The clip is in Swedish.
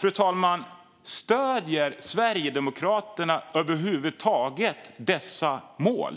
Fru talman! Stöder Sverigedemokraterna över huvud taget dessa mål?